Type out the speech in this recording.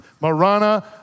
Marana